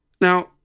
Now